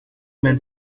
men